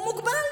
הוא מוגבל.